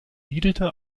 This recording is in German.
siedelte